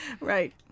Right